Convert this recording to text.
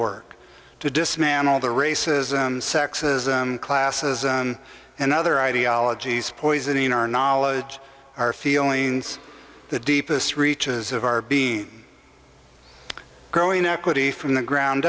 work to dismantle the racism sexism classism and other ideologies poisoning our knowledge our feelings the deepest reaches of our being growing equity from the ground